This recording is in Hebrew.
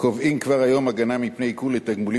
קובעים כבר היום הגנה מפני עיקול לתגמולים